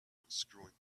unscrewing